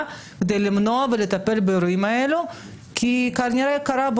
כדי למנוע ולטפל באירועים האלה כי כנראה קרה,